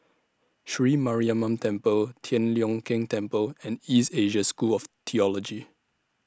Sri Mariamman Temple Tian Leong Keng Temple and East Asia School of Theology